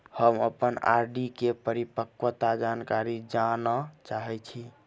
हम अप्पन आर.डी केँ परिपक्वता जानकारी जानऽ चाहै छी